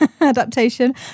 adaptation